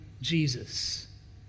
Jesus